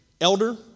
Elder